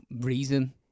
reason